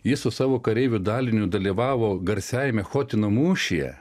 jis su savo kareivių daliniu dalyvavo garsiajame chotino mūšyje